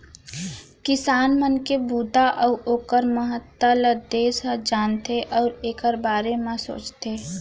किसान मन के बूता अउ ओकर महत्ता ल देस ह जानथे अउ एकर बारे म सोचथे